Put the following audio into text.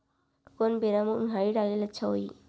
कोन बेरा म उनहारी डाले म अच्छा होही?